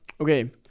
Okay